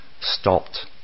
stopped